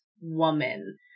woman